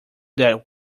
that